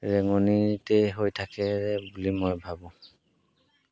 ৰেঙনিতে হৈ থাকে বুলি মই ভাবোঁ